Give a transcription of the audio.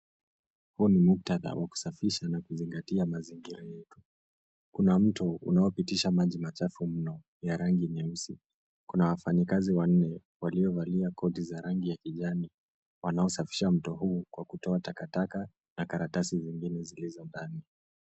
Huu ni muktadha wa kusafisha na kuzingatia mazingira yetu. Kuna mto unaopitisha maji machafu mno ya rangi nyeusi. Kuna wafanyikazi wanne waliovalia koti za rangi ya kijani, wanaosafisha mto huu kwa kutoa takataka na karatasi zingine zilizo ndani.